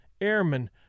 airmen